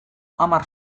hamar